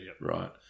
right